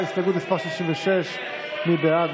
שלושה